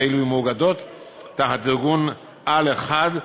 ואלו יהיו מאוגדות תחת ארגון-על אחד,